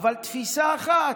אבל תפיסה אחת,